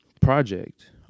project